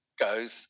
goes